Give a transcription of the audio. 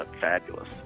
fabulous